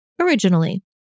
originally